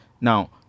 Now